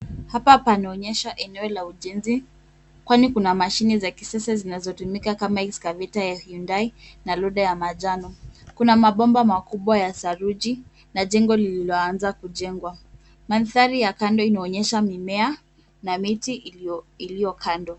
Hapa pana onyesha eneo la ujenzi kwani kuna mashini za kisasa zinazotumika kama hii escavator ya Hyundai na loader ya manjano. Kuna mabomba makubwa ya saruji na jengo lililoanza kujengwa. Mandhari ya kando inaonyesha mimea na miti iliyopandwa.